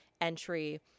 entry